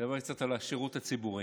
לדבר קצת על השירות הציבורי,